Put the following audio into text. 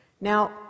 Now